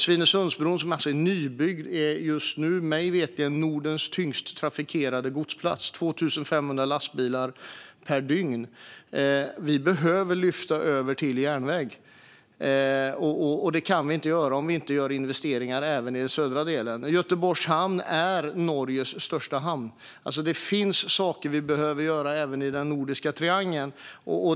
Svinesundsbron, som alltså är nybyggd, är just nu mig veterligen Nordens tyngst trafikerade godsplats med 2 500 lastbilar per dygn. Vi behöver lyfta över till järnväg, och det kan vi inte göra om vi inte gör investeringar även i södra delen. Göteborgs hamn är Norges största hamn. Det finns alltså saker vi behöver göra även i den nordiska triangeln.